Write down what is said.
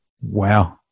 Wow